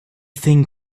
thing